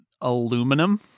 aluminum